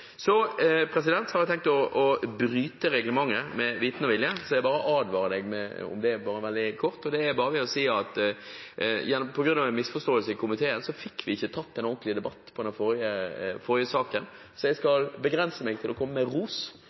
Så har jeg tenkt å bryte reglementet med vitende og vilje – jeg bare advarer om det. Jeg skal være kort og bare si at på grunn av en misforståelse i komiteen fikk vi ikke tatt en ordentlig debatt i den forrige saken, så jeg skal begrense meg til å komme med ros. Jeg mener at ros må det være rom for, selv om jeg bryter reglementet. Det dreier seg om ros